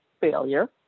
failure